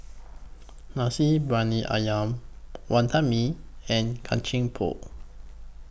Nasi Briyani Ayam Wantan Mee and Kacang Pool